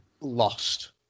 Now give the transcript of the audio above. lost